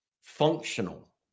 functional